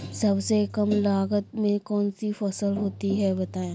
सबसे कम लागत में कौन सी फसल होती है बताएँ?